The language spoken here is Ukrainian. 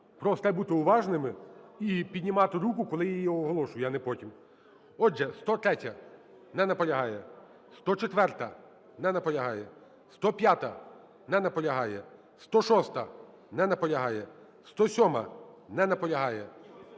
Просто треба бути уважними і піднімати руку, коли я її оголошую, а не потім. Отже, 103-я. Не наполягає. 104-а. Не наполягає. 105-а. Не наполягає. 106-а. Не наполягає. 107-а. Не наполягає.